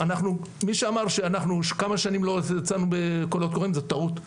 מי שאמר שאנחנו כמה שנים לא יצאנו בקולות קוראים זה טעות.